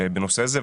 בנושא הזה,